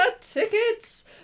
tickets